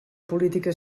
política